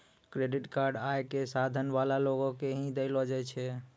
credit card आय क साधन वाला लोगो के ही दयलो जाय छै